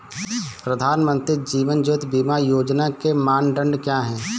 प्रधानमंत्री जीवन ज्योति बीमा योजना के मानदंड क्या हैं?